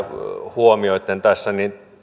huomioitsen tässä